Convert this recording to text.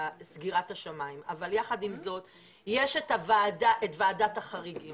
סגירת השמיים, אבל יחד עם זאת יש את ועדת החריגים.